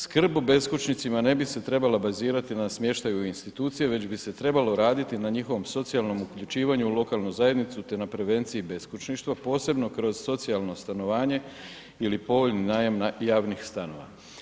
Skrb o beskućnicima ne bi se trebala bazirati na smještaju u institucije, već bi se trebalo raditi na njihovom socijalnom uključivanju u lokalnu zajednicu, te na prevenciji beskućništva, posebno kroz socijalno stanovanje ili povoljni najam javnih stanova.